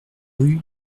rue